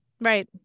Right